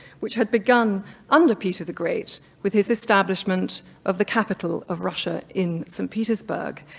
which had begun under peter the great with his establishment of the capital of russia in saint petersburg,